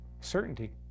Certainty